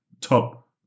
Top